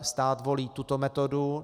Stát volí tuto metodu.